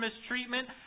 mistreatment